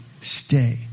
stay